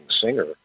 singer